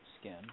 skin